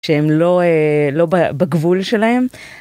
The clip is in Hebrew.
שהם לא לא בגבול שלהם.